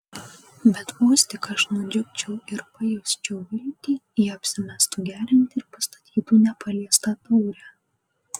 bet vos tik aš nudžiugčiau ir pajusčiau viltį ji apsimestų gerianti ir pastatytų nepaliestą taurę